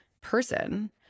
person